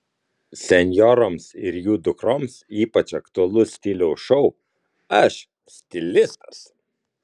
senjoroms ir jų dukroms ypač aktualus stiliaus šou aš stilistas